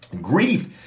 Grief